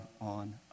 on